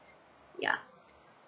yeah